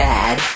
Bad